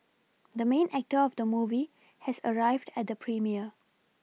the main actor of the movie has arrived at the premiere